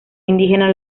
indígena